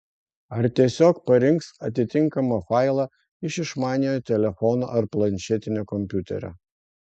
ar tiesiog parinks atitinkamą failą iš išmaniojo telefono ar planšetinio kompiuterio